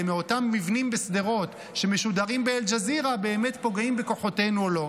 מאותם מבנים בשדרות שמשודרים באל-ג'זירה באמת פוגעים בכוחותינו או לא.